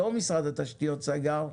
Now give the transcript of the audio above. לא משרד התשתיות סגר,